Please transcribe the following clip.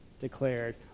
declared